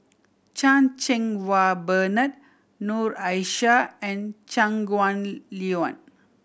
Chan Cheng Wah Bernard Noor Aishah and Shangguan Liuyun